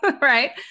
right